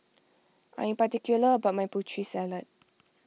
I am particular about my Putri Salad